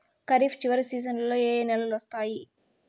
ఖరీఫ్ చివరి సీజన్లలో ఏ నెలలు వస్తాయి?